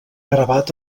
gravat